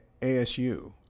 ASU